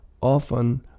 often